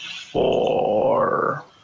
four